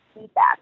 feedback